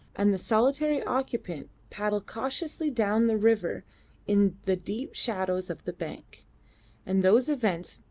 and the solitary occupant paddle cautiously down the river in the deep shadows of the bank and those events,